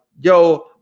yo